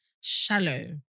shallow